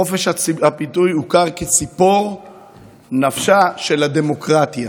וחופש הביטוי הוכר כציפור נפשה של הדמוקרטיה.